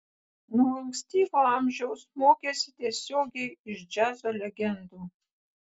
nuo ankstyvo amžiaus mokėsi tiesiogiai iš džiazo legendų